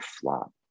flop